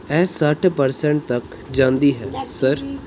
ਇਹ ਸੱਠ ਪਰਸੇਨਟ ਤੱਕ ਜਾਂਦੀ ਹੈ ਸਰ